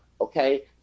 okay